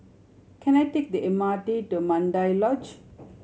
can I take the M R T to Mandai Lodge